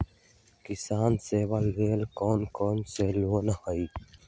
किसान सवे लेल कौन कौन से लोने हई?